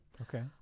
Okay